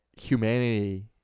humanity